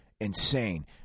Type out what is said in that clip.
insane